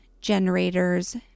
generators